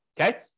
okay